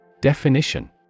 Definition